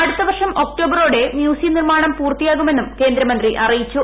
അടുത്ത വർഷം ഒക്ട്ടോബ്മോടെ മ്യൂസിയ നിർമ്മാണം പൂർത്തിയാകുമെന്നും കേന്ദ്രമന്ത്രി അറിയിച്ചു